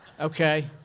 Okay